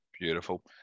Beautiful